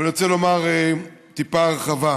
אבל אני רוצה לומר בטיפה הרחבה: